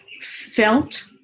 felt